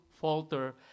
falter